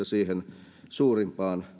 siihen suurimpaan